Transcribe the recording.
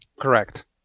correct